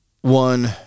One